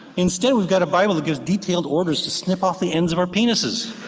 instead we've got a bible that gives detailed orders to snip off the ends of our penises